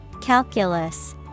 Calculus